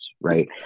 right